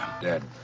Dead